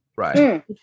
right